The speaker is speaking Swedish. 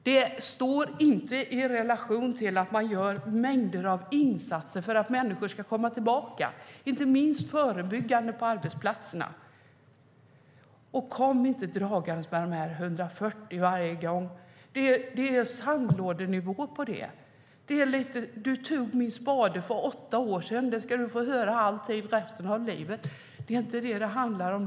Det står inte i relation till att man gör mängder av insatser för att människor ska komma tillbaka, inte minst förebyggande insatser på arbetsplatserna. Det är inte det som det handlar om.